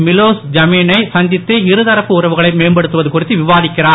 மீலோஸ் தீமானை சந்தித்து இருதரப்பு உறவுகளை மேம்படுத்துவது குறித்து விவாதிக்கிறார்